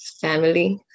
family